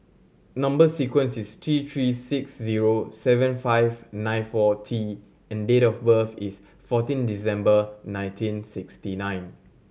number sequence is T Three six zero seven five nine four T and date of birth is fourteen December nineteen sixty nine